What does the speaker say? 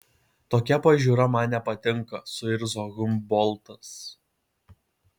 tokia pažiūra man nepatinka suirzo humboltas